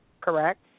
Correct